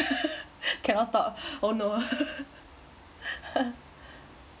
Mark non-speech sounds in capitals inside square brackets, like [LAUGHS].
[LAUGHS] cannot stop oh no [LAUGHS]